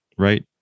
Right